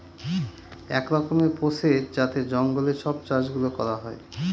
এক রকমের প্রসেস যাতে জঙ্গলে সব চাষ গুলো করা হয়